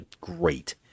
great